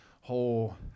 whole